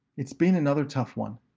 it's been another tough one.